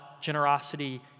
generosity